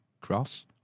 Cross